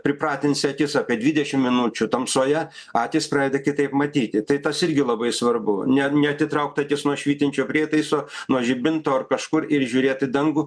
pripratinsi akis apie dvidešim minučių tamsoje akys pradedi kitaip matyti tai tas irgi labai svarbu ne neatitraukt akis nuo švytinčio prietaiso nuo žibinto ar kažkur ir žiūrėt į dangų